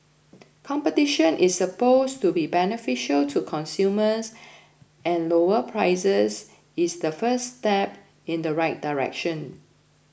competition is supposed to be beneficial to consumers and lower prices is the first step in the right direction